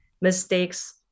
mistakes